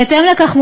בהתאם לכך,